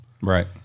right